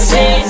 Say